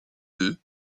deux